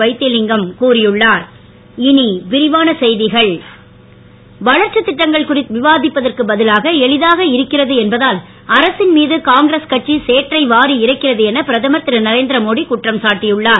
வைத்திலிங்கம் கூறியுள்ளாாா வளர்ச்சி திட்டங்கள் குறித்து விவாதிப்பதற்கு பதிலாக எளிதாக இருக்கிறது என்பதால் அரசின் மீது காங்கிரஸ் கட்சி சேற்றை வாரி இறைக்கிறது என பிரதமர் திருநரேந்திரமோடி குற்றம் சாட்டியுள்ளார்